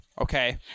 okay